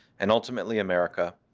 and ultimately, america,